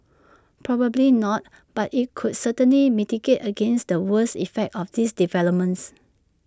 probably not but IT could certainly mitigate against the worst effects of these developments